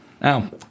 Now